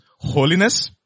Holiness